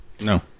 No